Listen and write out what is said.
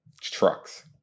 trucks